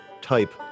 type